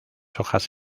hojas